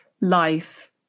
life